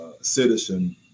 citizen